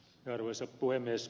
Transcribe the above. arvoisa puhemies